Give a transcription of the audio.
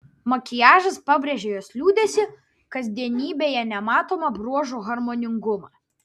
makiažas pabrėžė jos liūdesį kasdienybėje nematomą bruožų harmoningumą